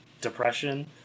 depression